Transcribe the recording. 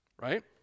Right